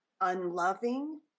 unloving